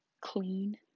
clean